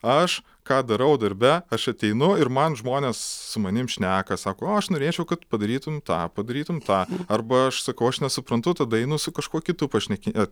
aš ką darau darbe aš ateinu ir man žmonės su manim šneka sako o aš norėčiau kad padarytum tą padarytum tą arba aš sakau aš nesuprantu tada einu su kažkuo kitu pašnekėt